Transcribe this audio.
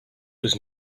was